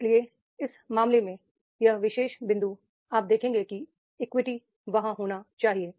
इसलिए इस मामले में यह विशेष बिंदु आप देखेंगे कि इक्विटी वहाँ होना चाहिए